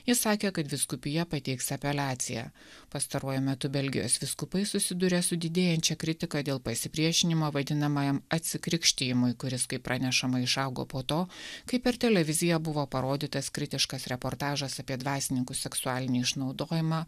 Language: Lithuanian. jis sakė kad vyskupija pateiks apeliaciją pastaruoju metu belgijos vyskupai susiduria su didėjančia kritika dėl pasipriešinimo vadinamajam atsikrikštijimui kuris kaip pranešama išaugo po to kai per televiziją buvo parodytas kritiškas reportažas apie dvasininkų seksualinį išnaudojimą